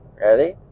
Ready